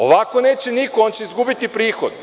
Ovako neće niko on će izgubiti prihod.